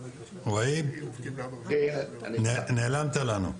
והיב נעלמת לנו.